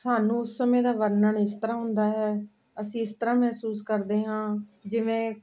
ਸਾਨੂੰ ਉਸ ਸਮੇਂ ਦਾ ਵਰਨਣ ਇਸ ਤਰ੍ਹਾਂ ਹੁੰਦਾ ਹੈ ਅਸੀਂ ਇਸ ਤਰ੍ਹਾਂ ਮਹਿਸੂਸ ਕਰਦੇ ਹਾਂ ਜਿਵੇਂ